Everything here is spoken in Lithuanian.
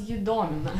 jį domina